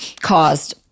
caused